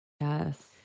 yes